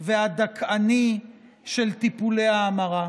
והדכאני של טיפול ההמרה.